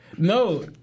No